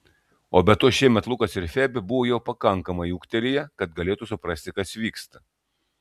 o be to šiemet lukas ir febė buvo jau pakankamai ūgtelėję kad galėtų suprasti kas vyksta